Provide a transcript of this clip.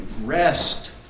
Rest